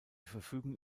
verfügen